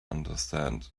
understand